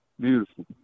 Beautiful